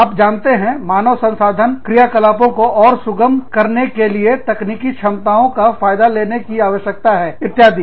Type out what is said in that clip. आप जानते हैं मानव संसाधन और क्रियाकलापों को सुगम करने के लिए तकनीकी क्षमताओं का फायदा लेने की आवश्यकता हैइत्यादि